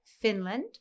Finland